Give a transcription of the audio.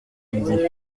ils